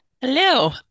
Hello